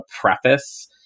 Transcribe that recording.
preface